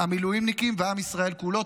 המילואימניקים ועם ישראל כולו.